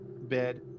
bed